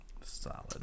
solid